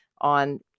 on